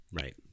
Right